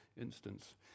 instance